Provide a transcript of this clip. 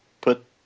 put